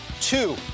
two